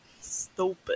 stupid